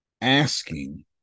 asking